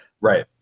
Right